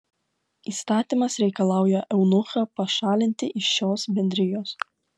įstatymas reikalauja eunuchą pašalinti iš šios bendrijos